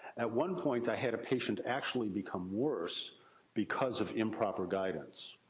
at one point i had a patient actually become worse because of improper guidance.